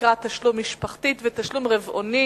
תקרת תשלום משפחתית ותשלום רבעוני